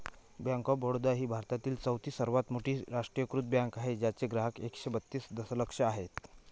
bank of Baroda ही भारतातील चौथी सर्वात मोठी राष्ट्रीयीकृत बँक आहे ज्याचे ग्राहक एकशे बत्तीस दशलक्ष आहेत